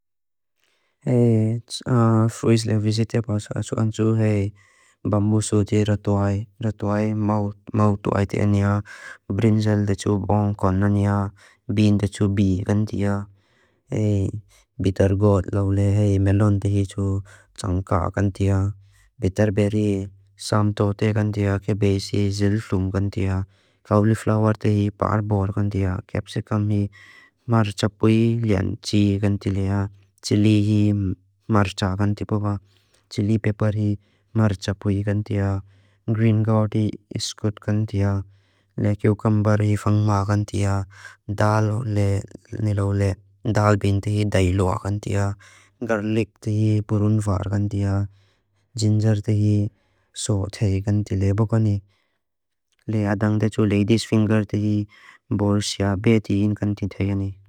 Þuizle vizitja pasa, xu anxu hei. Bambu suti ratu ai. Ratu ai, mau tu ai te anja. Brinjal de chu bon kon anja. Bean de chu bee kan tija. Hei, bitter gourd laule hei. Melon de hi chu chanka kan tija. Bitterberry, sam tote kan tija. Cabbage hei, zilfum kan tija. Cauliflower de hi, parbor kan tija. Capsicum hei, mar chapui lian tji kan tija. Chilli hei, mar chapui lian tija. Chilli pepper hei, mar chapui lian tija. Green gourd hei, squid kan tija. Cucumber hei, fung ma kan tija. Dal ben de hei, dai lua kan tija. Garlic de hei, purun far kan tija. Ginger de hei, so thei kan tija. Ladies finger de hei, borsia be tija.